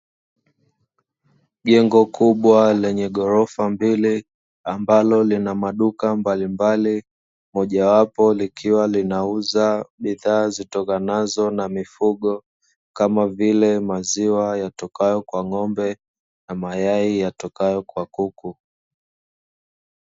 Jengo kubwa lenye ghorofa mbele, ambalo lina maduka mbalimbali, mojawapo likiwa linauza bidhaa zitokanazo na mifugo, kama vile maziwa yatokayo kwa ng'ombe na mayai yatokayo kwa kuku.